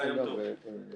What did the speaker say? יום טוב, איתמר.